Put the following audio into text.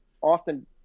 often